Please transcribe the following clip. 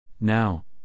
Now